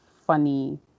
funny